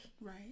Right